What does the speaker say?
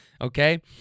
okay